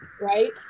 right